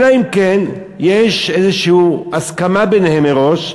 אלא אם כן יש איזה הסכמה ביניהם מראש,